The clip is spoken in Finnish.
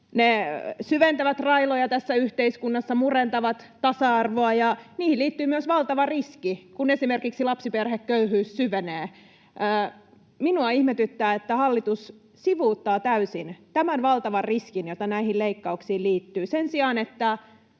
Ne syventävät railoja tässä yhteiskunnassa, murentavat tasa-arvoa ja niihin liittyy myös valtava riski, kun esimerkiksi lapsiperheköyhyys syvenee. Minua ihmetyttää, että hallitus sivuuttaa täysin tämän valtavan riskin, jota näihin leikkauksiin liittyy, sen sijaan, että